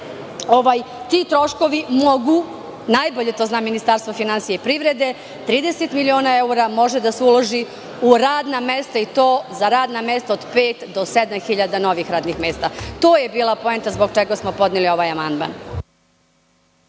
ti troškovi mogu, najbolje to zna Ministarstvo finansija i privrede, 30 miliona evra može da se uloži u radna mesta, i to za radna mesta od pet do sedam hiljada novih radnih mesta. To je bila poenta zbog čega smo podneli ovaj amandman.